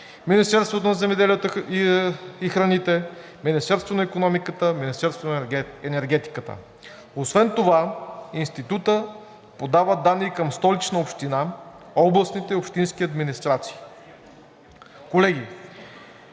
Министерството на земеделието и храните, Министерството на икономиката, Министерството на енергетиката. Освен това Институтът подава данни и към Столична община, областните и общинските администрации. Колеги,